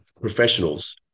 professionals